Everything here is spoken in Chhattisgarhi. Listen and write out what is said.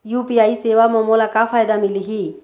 यू.पी.आई सेवा म मोला का फायदा मिलही?